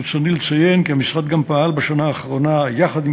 ברצוני לציין כי המשרד גם פעל בשנה האחרונה יחד עם